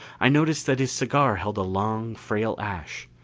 i noticed that his cigar held a long frail ash.